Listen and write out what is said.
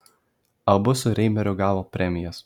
abu su reimeriu gavo premijas